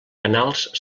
canals